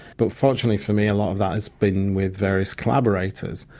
but fortunately for me a lot of that has been with various collaborators,